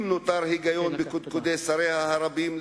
אם נותר היגיון בקודקודי שריה הרבים,